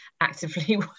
actively